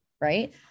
Right